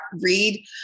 read